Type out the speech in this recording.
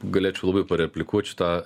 galėčiau labai pareplikuot šitą